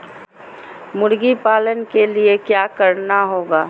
मुर्गी पालन के लिए क्या करना होगा?